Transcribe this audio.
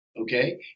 okay